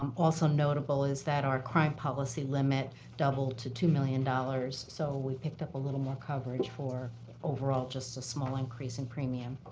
um also notable is that our crime policy limit doubled to two million dollars, so we picked a little more coverage for overall just a small increase in premium.